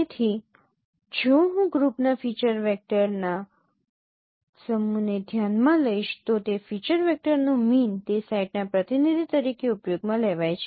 તેથી જો હું ગ્રુપના ફીચર વેક્ટરના સમૂહને ધ્યાનમાં લઈશ તો તે ફીચર વેક્ટરનો મીન તે સેટના પ્રતિનિધિ તરીકે ઉપયોગમાં લેવાય છે